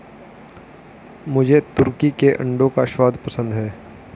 मुझे तुर्की के अंडों का स्वाद पसंद है